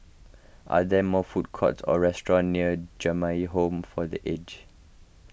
are there more food courts or restaurants near Jamiyah Home for the Aged